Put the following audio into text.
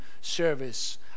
service